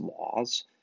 laws